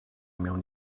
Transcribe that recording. mewn